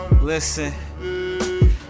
Listen